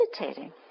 meditating